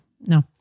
No